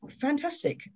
Fantastic